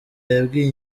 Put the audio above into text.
yabwiye